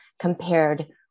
compared